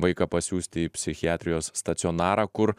vaiką pasiųsti į psichiatrijos stacionarą kur